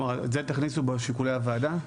כלומר את זה תכניסו בשיקולי הוועדה?